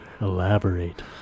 elaborate